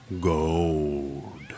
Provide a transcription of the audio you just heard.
Gold